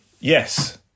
Yes